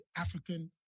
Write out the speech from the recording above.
African